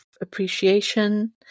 appreciation